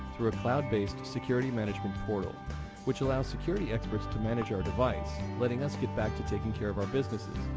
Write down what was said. through a cloud based security management portal which allows security experts to manage our device letting us get back to taking care of our businesses.